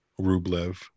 rublev